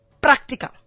practical